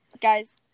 Guys